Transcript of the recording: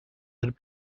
had